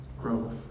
Growth